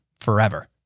forever